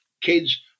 kids